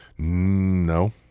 no